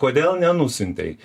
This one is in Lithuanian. kodėl nenusiuntei